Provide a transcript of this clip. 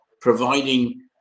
providing